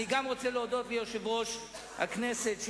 אני רוצה להודות ליושב-ראש הכנסת,